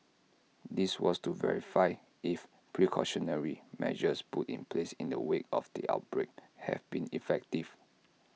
this was to verify if precautionary measures put in place in the wake of the outbreak have been effective